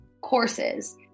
courses